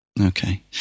Okay